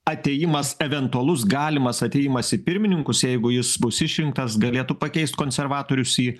atėjimas eventualus galimas atėjimas į pirmininkus jeigu jis bus išrinktas galėtų pakeist konservatorius į